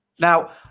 Now